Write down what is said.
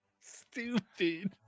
Stupid